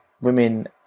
women